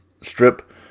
strip